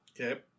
Okay